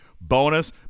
bonus